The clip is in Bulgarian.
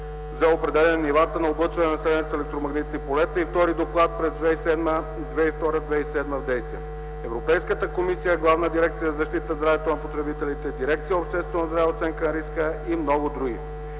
за определяне нивата на облъчване населението с електромагнитни полета, и втори доклад през 2002-2007 г., в действие, от Европейската комисия, Главна дирекция „Защита здравето на потребителите” и дирекция „Обществено здраве и оценка на риска” и много други.